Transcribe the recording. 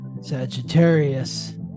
Sagittarius